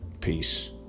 Peace